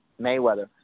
Mayweather